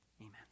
Amen